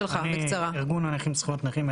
ארגון הנכים, זכויות נכים.